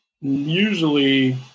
Usually